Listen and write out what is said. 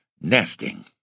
nesting